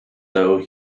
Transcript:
though